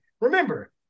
remember –